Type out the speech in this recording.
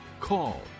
call